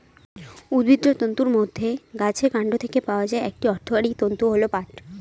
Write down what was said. উদ্ভিজ্জ তন্তুর মধ্যে গাছের কান্ড থেকে পাওয়া একটি অর্থকরী তন্তু হল পাট